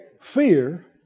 fear